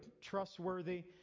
trustworthy